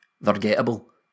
Forgettable